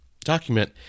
document